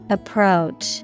Approach